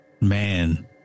man